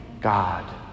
God